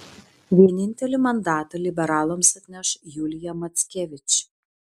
vienintelį mandatą liberalams atneš julija mackevič